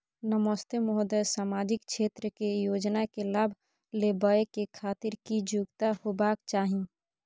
नमस्ते महोदय, सामाजिक क्षेत्र के योजना के लाभ लेबै के खातिर की योग्यता होबाक चाही?